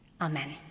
Amen